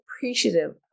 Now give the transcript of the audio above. appreciative